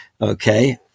okay